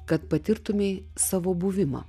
kad patirtumei savo buvimą